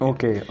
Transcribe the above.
Okay